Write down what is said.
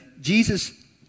Jesus